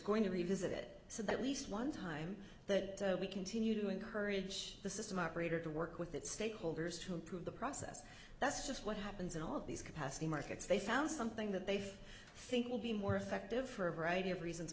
going to revisit it so that least one time that we continue to encourage the system operator to work with the stakeholders to improve the process that's just what happens in all of these capacity markets they found something that they've think will be more effective for a variety of reasons